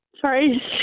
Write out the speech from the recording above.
sorry